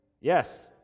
Yes